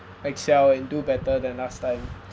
excel and do better than last time